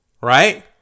Right